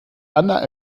anna